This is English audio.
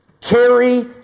carry